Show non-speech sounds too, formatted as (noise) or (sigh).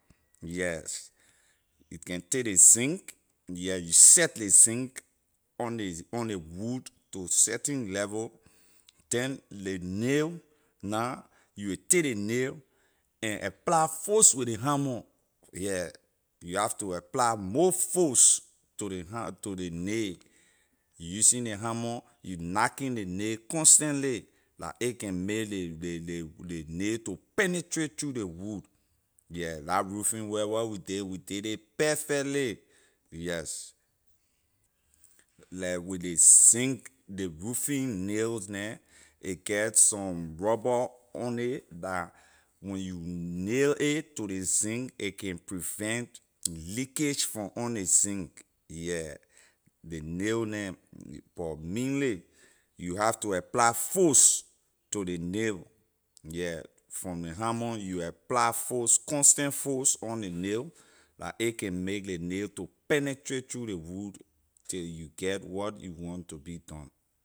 Yes you can take ley zinc yeah you set ley zinc on ley on ley wood to certain level then ley nail now you will take ley nail and apply force with ley hammer yeah you have to apply more force to ley ha (hesitation) to ley nail using ley hammer knacking ley nail constantly la can make ley ley ley ley nail to penetrate through ley wood yeah la roofing work where we did we did it perfectly yes like with ley zinc ley roofing nails neh a get some rubber on it la when you nail it to ley zinc a can prevent leakage from on ley zinc yeah ley nail neh but mainly you have to apply force to ley nail from ley hammer you apply force constant force on ley nail la a can make ley nail to penetrate through ley wood till you get what you want to be done.